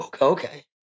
Okay